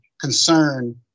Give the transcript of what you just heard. concern